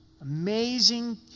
Amazing